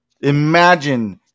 Imagine